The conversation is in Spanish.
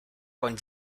con